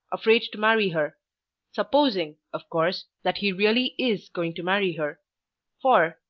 afraid to marry her supposing, of course, that he really is going to marry her for,